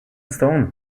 stone